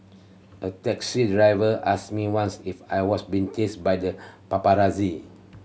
a taxi driver asked me once if I was being chased by the paparazzi